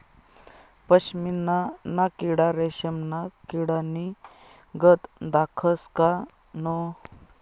पशमीना ना किडा रेशमना किडानीगत दखास का नै